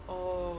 oh